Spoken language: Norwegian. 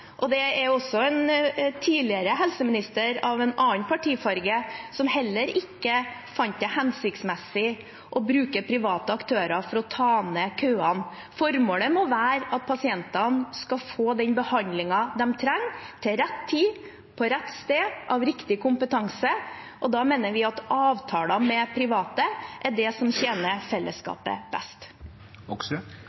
og det var også en tidligere helseminister med en annen partifarge som heller ikke fant det hensiktsmessig å bruke private aktører for å ta ned køene. Formålet må være at pasientene skal få den behandlingen de trenger, til rett tid, på rett sted, med riktig kompetanse. Da mener vi at avtaler med private er det som tjener